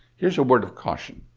here's a word of caution.